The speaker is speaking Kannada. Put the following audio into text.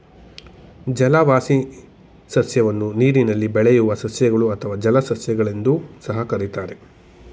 ಜಲವಾಸಿ ಸಸ್ಯವನ್ನು ನೀರಿನಲ್ಲಿ ಬೆಳೆಯುವ ಸಸ್ಯಗಳು ಅಥವಾ ಜಲಸಸ್ಯ ಗಳೆಂದೂ ಸಹ ಕರಿತಾರೆ